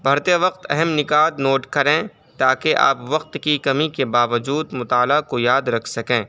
پڑھتے وقت اہم نکات نوٹ کریں تاکہ آپ وقت کی کمی کے باوجود مطالعہ کو یاد رکھ سکیں